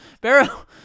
Barrow